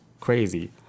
crazy